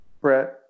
Brett